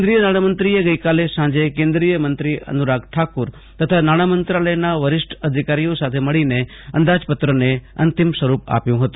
કેન્દ્રીય નાણામંત્રીએ ગઈકાલે સાંજે કેન્દ્રીયમંત્રી અનુરાગ ઠાકુર તથા નાણામંત્રાલયના વરિષ્ઠ અધિકારીઓ સાથે મળીને અંદાજપત્રને અંતિમ સ્વરૂપ આપ્યું હતું